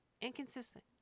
inconsistent